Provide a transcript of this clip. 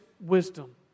wisdom